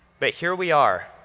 but here we are,